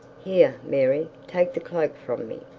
here, mary, take the cloak from me.